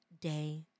day